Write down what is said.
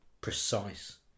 precise